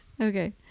okay